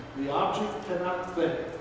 the object cannot think.